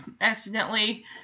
accidentally